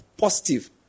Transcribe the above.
Positive